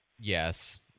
yes